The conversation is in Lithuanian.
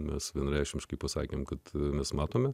mes vienareikšmiškai pasakėme kad mes matome